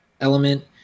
Element